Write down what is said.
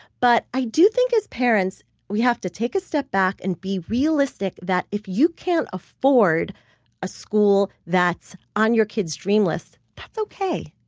but i do think as parents we have to take a step back and be realistic that if you can't afford a school that's on your kid's dream list, that's ok.